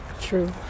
True